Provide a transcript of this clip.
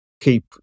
keep